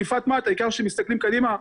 אללי פאת מאת, העיקר שמסתכלים קדימה.